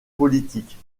politiques